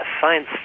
science